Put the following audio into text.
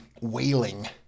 wailing